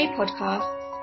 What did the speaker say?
podcasts